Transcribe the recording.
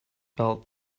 felt